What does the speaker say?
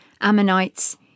Ammonites